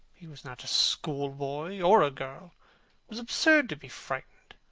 he was not a schoolboy or a girl. it was absurd to be frightened.